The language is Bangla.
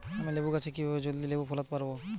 আমি লেবু গাছে কিভাবে জলদি লেবু ফলাতে পরাবো?